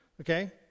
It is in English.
Okay